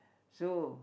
so